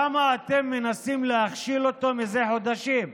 למה אתם מנסים להכשיל אותו מזה חודשים?